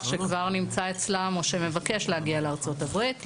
שנמצא אצלם או שמבקש להגיע לארצות הברית,